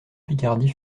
picardie